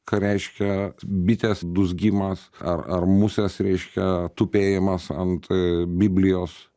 ką reiškia bitės dūzgimas ar ar musės reiškia tupėjimas ant biblijos